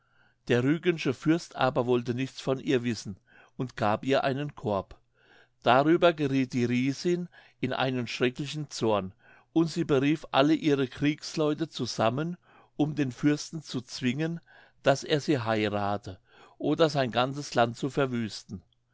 der rügensche fürst aber wollte nichts von ihr wissen und gab ihr einen korb darüber gerieth die riesin in einen schrecklichen zorn und sie berief alle ihre kriegsleute zusammen um den fürsten zu zwingen daß er sie heirathe oder sein ganzes land zu verwüsten